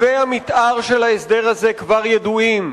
קווי המיתאר של ההסדר הזה כבר ידועים.